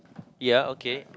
ya okay